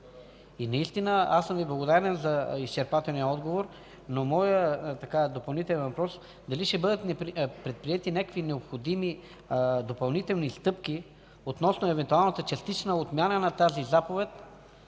Наистина аз съм Ви благодарен за изчерпателния отговор, но моят допълнителен въпрос е: дали ще бъдат предприети някакви необходими, допълнителни стъпки относно евентуалната частична отмяна на тази заповед,